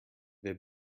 they